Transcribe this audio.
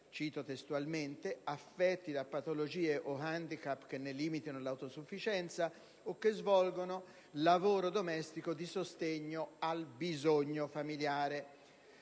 cito testualmente - «affetti da patologie o *handicap* che ne limitino l'autosufficienza» o che svolgono «lavoro domestico di sostegno al bisogno familiare».